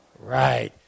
Right